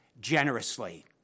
generously